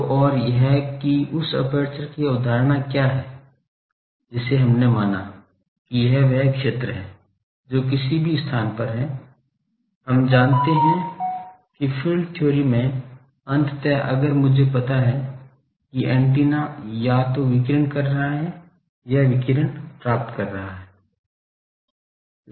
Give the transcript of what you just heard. तो और यह कि उस एपर्चर की अवधारणा क्या है जिसे हमने माना कि यह वह क्षेत्र है जो किसी भी स्थान पर है हम जानते हैं कि फील्ड थ्योरी में अंततः अगर मुझे पता है कि एंटीना या तो विकिरण कर रहा है या विकिरण प्राप्त कर रहा है